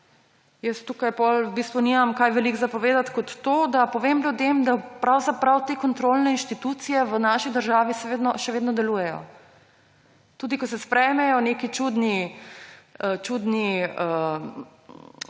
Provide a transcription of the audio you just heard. Jaz tukaj potem v bistvu nimam kaj veliko za povedati kot to, da povem ljudem, da pravzaprav te kontrolne inštitucije v naši državi še vedno delujejo. Tudi ko se sprejmejo neki čudni zakoni,